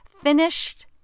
finished